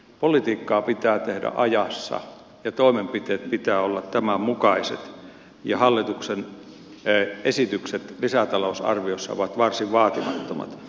politiikkaa pitää tehdä ajassa ja toimenpiteiden pitää olla tämän mukaiset mutta hallituksen esitykset lisätalousarviossa ovat varsin vaatimattomat